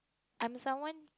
I'm someone